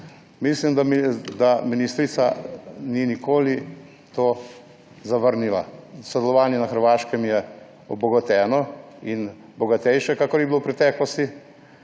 Mislim, da ministrica ni nikoli tega zavrnila. Sodelovanje na Hrvaškem je obogateno in bogatejše, kakor je bilo v preteklosti.